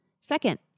Second